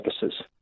purposes